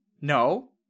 No